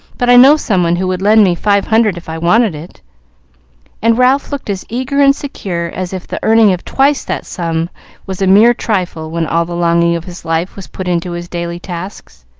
but i know someone who would lend me five hundred if i wanted it and ralph looked as eager and secure as if the earning of twice that sum was a mere trifle when all the longing of his life was put into his daily tasks.